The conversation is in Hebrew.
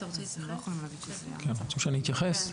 אתם רוצים שאני אתייחס?